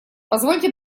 позвольте